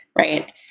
right